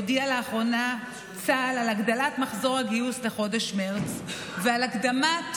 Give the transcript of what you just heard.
הודיע לאחרונה צה"ל על הגדלת מחזור הגיוס בחודש מרץ ועל הקדמת